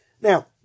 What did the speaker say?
Now